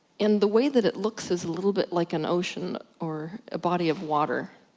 and the way that it looks is a little bit like an ocean or a body of water.